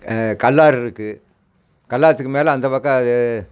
கல்லாறு இருக்குது கல்லாத்துக்கு மேல அந்த பக்கம் அது